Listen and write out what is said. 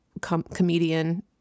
comedian